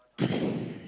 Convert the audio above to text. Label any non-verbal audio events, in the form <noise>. <coughs>